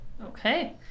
Okay